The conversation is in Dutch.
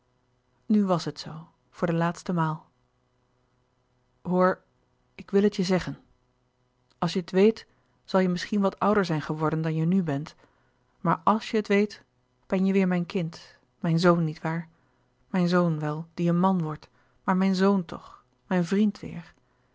nu wàs het zoo voor de laatste maal hoor ik wil het je zeggen als je het weet zal je misschien wat ouder zijn geworden dan je nu bent maar àls je het weet ben je weêr mijn kind mijn zoon niet waar mijn zoon wel die een man wordt maar mijn zoon toch mijn vriend weêr